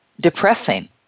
depressing